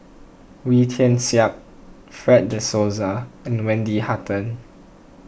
Wee Tian Siak Fred De Souza and Wendy Hutton